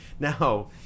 Now